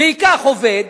וייקח עובד,